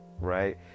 right